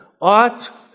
ought